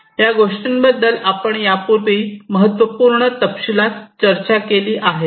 आणि या गोष्टीबद्दल आपण यापूर्वी महत्त्वपूर्ण तपशीलात चर्चा केली आहे